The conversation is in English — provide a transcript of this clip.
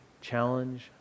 challenge